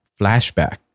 flashback